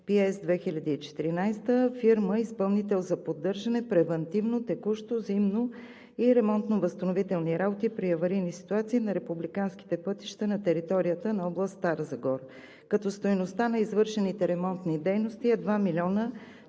„ПС 2014“, фирма изпълнител за поддържане, превантивно, текущо, зимно и ремонтно-възстановителни работи при аварийни ситуации на републиканските пътища на територията на област Стара Загора, като стойността на извършените ремонтни дейности е 2 млн.